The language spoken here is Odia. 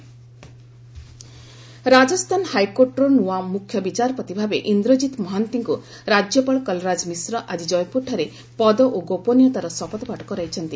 Rajasthan chief justice oath Rajasthan ହାଇକୋର୍ଟର ନୂଆ ମୁଖ୍ୟ ବିଚାରପତି ଭାବେ ଇନ୍ଦ୍ରକିତ୍ ମହାନ୍ତିଙ୍କୁ ରାଜ୍ୟପାଳ କଲ୍ରାଜ ମିଶ୍ର ଆଜି ଜୟପୁରଠାରେ ପଦ ଓ ଗୋପନୀୟତାର ଶପଥ ପାଠ କରାଇଛନ୍ତି